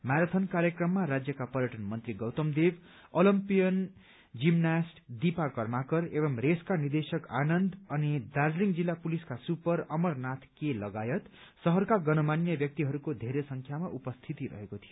marathon कार्यक्रममा राज्यका पर्यटन मन्त्री गौतम देव ओलम्पीयन जिमनाष्ट दीपा कर्माकर एवं रेसका निदेशका आनन्द अनि दार्जीलिङ जिल्ला पुलिसका सुपर अमरनाथ के लगायत शहरका गन्यमान्य व्यक्तिहरूको धेरै संख्यामा उपस्थिति रहेको थियो